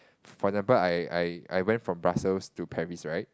for example I I I went from Brussels to Paris right